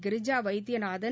Girija Vaidyanathan